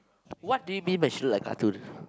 what do you mean but she look like cartoon